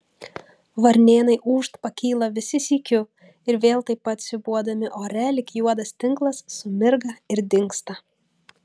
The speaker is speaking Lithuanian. varnėnai ūžt pakyla visi sykiu ir vėl taip pat siūbuodami ore lyg juodas tinklas sumirga ir dingsta